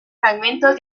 fragmentos